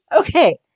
Okay